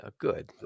good